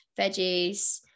veggies